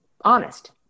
honest